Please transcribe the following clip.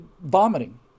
vomiting